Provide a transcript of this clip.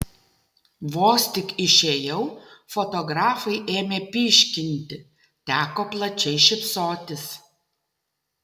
vos tik išėjau fotografai ėmė pyškinti teko plačiai šypsotis